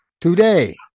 today